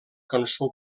cançó